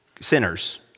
sinners